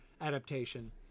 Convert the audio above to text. adaptation